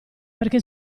perché